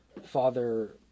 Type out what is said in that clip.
Father